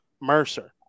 Mercer